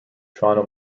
toronto